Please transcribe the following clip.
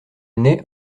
n’est